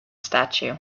statue